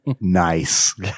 Nice